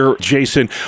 Jason